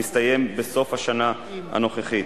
שמסתיים בסוף השנה הנוכחית.